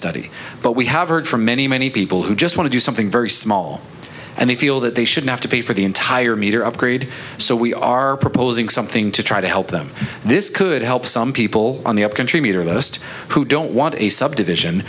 study but we have heard from many many people who just want to do something very small and they feel that they should have to pay for the entire meter upgrade so we are proposing something to try to help them this could help some people on the up contributor list who don't want a subdivision